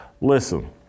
Listen